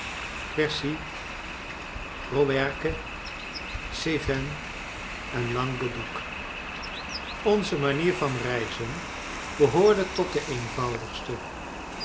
quercy rouergue cevennes en languedoc onze manier van reizen behoorde tot de eenvoudigste